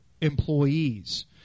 employees